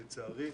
לצערי,